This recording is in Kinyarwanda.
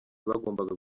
bagombaga